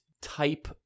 type